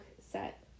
set